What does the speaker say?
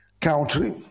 country